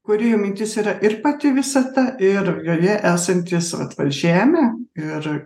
kurėjo mintis yra ir pati visata ir gale esantys vat žemė ir